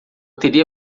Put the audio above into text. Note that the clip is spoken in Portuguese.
teria